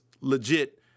legit